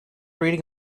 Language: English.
reading